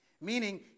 Meaning